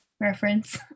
reference